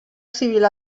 civil